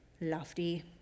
lofty